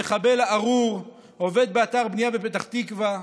המחבל הארור, שעבד באתר בנייה בפתח תקווה,